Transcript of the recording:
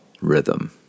rhythm